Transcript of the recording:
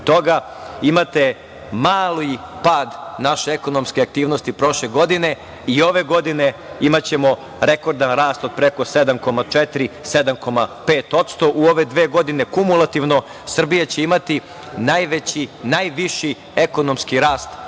imate mali pad naše ekonomske aktivnosti prošle godine. Ove godine imaćemo rekordan rast od preko 7,4-7,5 odsto, u ove dve godine kumulativno Srbija će imati najviši ekonomski rast